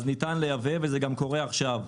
ניתן לייבא, כמו שקורה עכשיו.